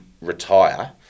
retire